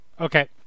Okay